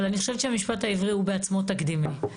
אבל אני חושבת שהמשפט העברי הוא בעצמו תקדימי.